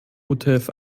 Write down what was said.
utf